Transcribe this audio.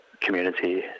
community